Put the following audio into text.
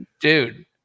Dude